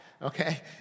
Okay